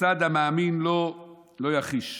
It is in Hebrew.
מוסד המאמין לו לא יחיש".